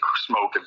smoking